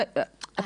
רגע,